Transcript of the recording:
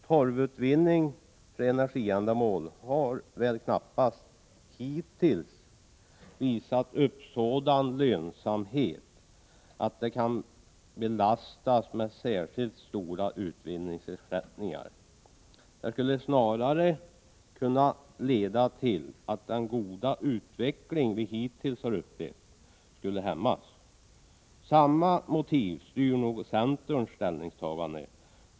Torvutvinning för energiändamål har knappast hittills visat upp sådan lönsamhet att den kan belastas med särskilt stora utvinningsersättningar. Det skulle snarare kunna leda till att den goda utveckling vi hittills har upplevt hämmas. Samma motiv styr nog centerns ställningstagande.